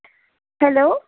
hello